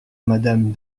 madame